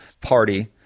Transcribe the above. party—